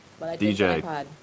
DJ